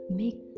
make